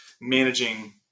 managing